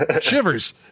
shivers